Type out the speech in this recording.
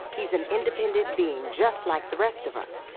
he is an independent being, just like the rest of us,